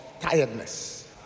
tiredness